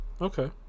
okay